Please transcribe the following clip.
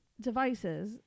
devices